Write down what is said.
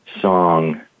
song